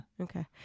okay